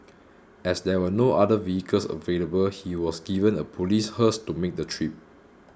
as there were no other vehicles available he was given a police hearse to make the trip